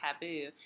taboo